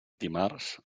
dimarts